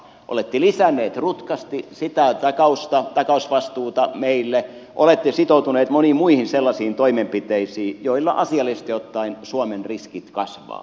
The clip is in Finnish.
olette lisänneet rutkasti sitä takausvastuuta meille olette sitoutuneet moniin muihin sellaisiin toimenpiteisiin joilla asiallisesti ottaen suomen riskit kasvavat